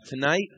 tonight